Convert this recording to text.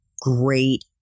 Great